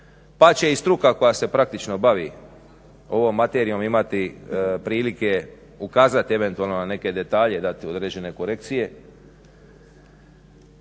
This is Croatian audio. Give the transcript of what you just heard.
pa će i struka koja se praktično bavi ovom materijom imati prilike ukazati eventualno na neke detalje i dati određene korekcije.